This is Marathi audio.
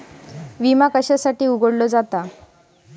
विमा कशासाठी उघडलो जाता?